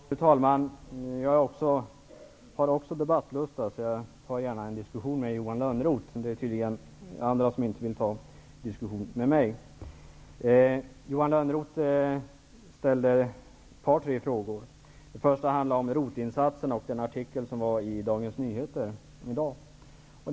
Fru talman! Jag har också debattlust, så jag tar gärna en diskusion med Johan Lönnroth, eftersom det tydligen är andra som inte vill ta diskussion med mig. Johan Lönnroth ställer sin första fråga om ROT insatser och artikeln i Dagens Nyheter i dag.